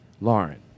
Lauren